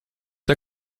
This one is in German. der